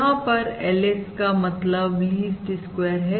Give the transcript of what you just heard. यहां पर LS का मतलब लीस्ट स्क्वेयर है